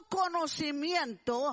conocimiento